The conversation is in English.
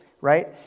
Right